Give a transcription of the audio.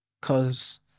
cause